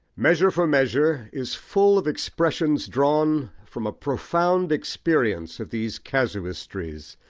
measure for measure is full of expressions drawn from a profound experience of these casuistries,